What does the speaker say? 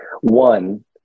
one